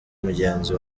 mugenzi